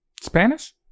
Spanish